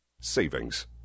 Savings